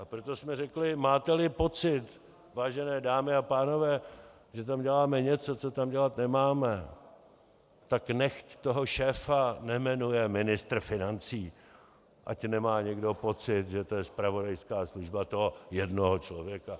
A proto jsme řekli: Máteli pocit, vážené dámy a pánové, že tam děláme něco, co tam dělat nemáme, tak nechť toho šéfa nejmenuje ministr financí, ať nemá někdo pocit, že to je zpravodajská služba toho jednoho člověka.